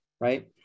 right